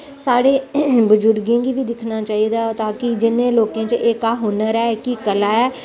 साढ़े बजुर्गे गी बी दिक्खना चाहिदा ताकि जि'नें लोके च एह्का हूनर ऐ एह्की कला ऐ